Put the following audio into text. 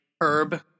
Herb